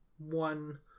one